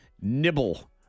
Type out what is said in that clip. nibble